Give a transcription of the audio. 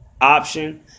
option